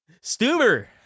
Stuber